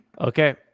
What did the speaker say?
Okay